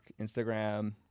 Instagram